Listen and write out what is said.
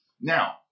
Now